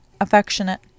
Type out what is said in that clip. affectionate